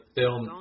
film